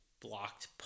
blocked